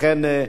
לכן,